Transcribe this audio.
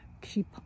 keep